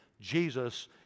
Jesus